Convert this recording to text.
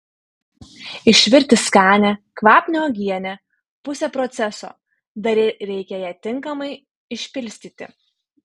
išvirti skanią kvapnią uogienę pusė proceso dar reikia ją tinkamai išpilstyti